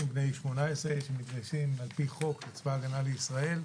בני 18 שמתגייסים על-פי חוק לצבא הגנה לישראל.